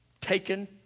Taken